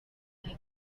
nka